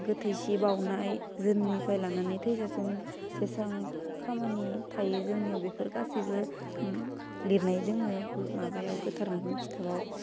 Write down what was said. गोथैसि बाउनाय जोनोमनिफाय लानानै थैजासिम बेसेबां खामानि थायो जोंनियाव बेफोर गासैबो लिरनाय दङो माबायाव गोथार मैखुन खिथाबाव